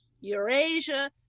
Eurasia